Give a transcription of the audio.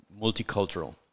multicultural